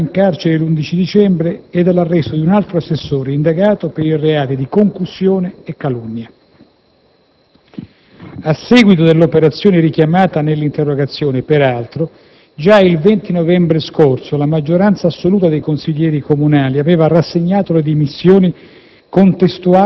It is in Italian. notificato in carcere l'11 dicembre, ed all'arresto di un altro assessore, indagato per i reati di concussione e calunnia. A seguito dell'operazione richiamata nell'interrogazione, peraltro, già il 20 novembre scorso la maggioranza assoluta dei consiglieri comunali aveva rassegnato le dimissioni